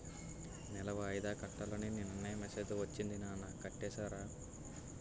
నెల వాయిదా కట్టాలని నిన్ననే మెసేజ్ ఒచ్చింది నాన్న కట్టేసారా?